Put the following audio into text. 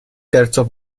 terzo